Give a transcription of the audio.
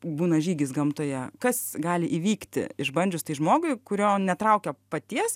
būna žygis gamtoje kas gali įvykti išbandžius tai žmogui kurio netraukia paties